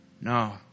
No